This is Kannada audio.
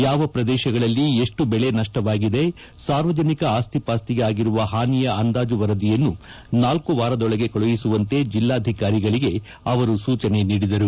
ಯಾವ ಪ್ರದೇಶಗಳಲ್ಲಿ ಎಷ್ಟು ಬೆಳಿ ನಷ್ಟವಾಗಿದೆ ಸಾರ್ವಜನಿಕ ಅಸ್ತಿ ಪಾಸ್ತಿಗೆ ಹಾನಿ ಅಗಿರುವ ಅಂದಾಜು ವರದಿಯನ್ನು ನಾಲ್ಕು ವಾರದೊಳಗೆ ಕಳುಹಿಸುವಂತೆ ಜಿಲ್ಲಾಧಿಕಾರಿಗಳಿಗೆ ಅವರು ಸೂಚನೆ ನೀಡಿದರು